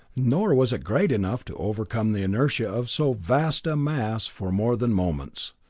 nor was it great enough to overcome the inertia of so vast a mass for more than moments.